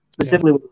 Specifically